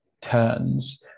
turns